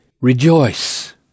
rejoice